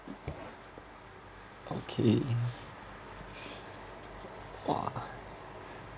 okay !wah!